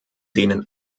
denen